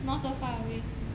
not so far away